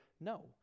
no